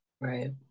right